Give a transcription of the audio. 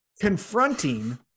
confronting